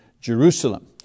Jerusalem